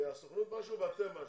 הסוכנות משהו ואתם משהו,